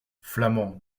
flamand